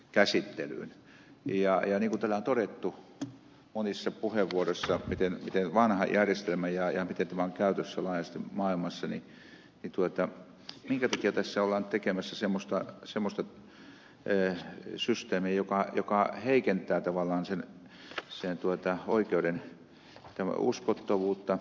niin kuin täällä on todettu monissa puheenvuoroissa miten vanha tämä järjestelmä on ja miten tämä on käytössä laajasti maailmassa niin minkä takia tässä ollaan nyt tekemässä semmoista systeemiä joka heikentää tavallaan sen oikeuden uskottavuutta